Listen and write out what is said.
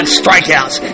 strikeouts